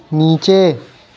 نیچے